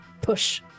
push